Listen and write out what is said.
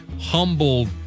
humble